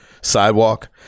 sidewalk